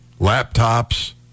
laptops